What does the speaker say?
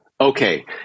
okay